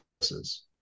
services